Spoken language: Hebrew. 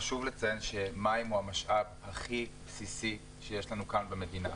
חשוב לציין שמים הוא המשאב הכי בסיסי שיש לנו כאן במדינה.